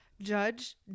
Judge